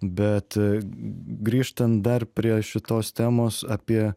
bet grįžtant dar prie šitos temos apie